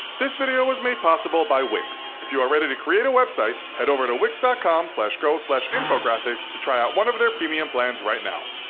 this video was made possible by wix. if you are ready to create a website, head over to wix com so go like infographics to try out one of their premium plans right now.